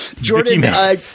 Jordan